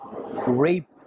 rape